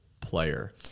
player